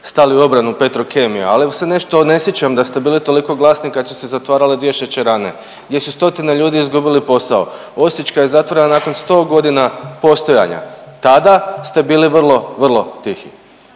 stali u obranu Petrokemije, ali se nešto ne sjećam da ste bili toliko glasni kad su se zatvarale dvije šećerane, gdje su stotine ljudi izgubili posao, osječka je zatvorena nakon 100.g. postojanja, tada ste bili vrlo, vrlo tihi